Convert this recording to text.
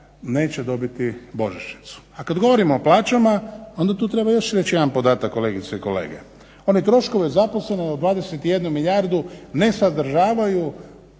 neće dobiti božićnicu. A kad govorimo o plaćama onda tu treba još reći jedan podatak kolegice i kolege. Oni troškovi o zaposlenima na 21 milijardu ne sadržavaju